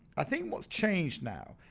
i think what's changed now